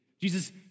Jesus